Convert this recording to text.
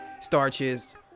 starches